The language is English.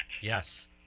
Yes